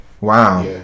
Wow